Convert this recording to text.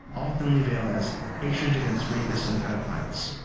all thinly veiled as hatred against rapists and pedophiles.